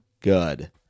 good